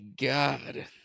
God